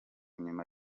nyuma